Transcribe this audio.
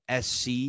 SC